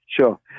Sure